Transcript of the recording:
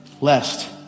lest